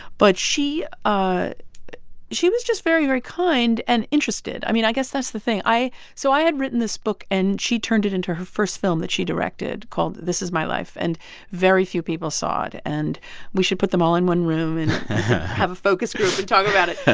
but she ah she was just very, very kind and interested. i mean, i guess that's the thing. so i had written this book, and she turned it into her first film that she directed, called this is my life. and very few people saw it. and we should put them all in one room and have a focus group and talk about it.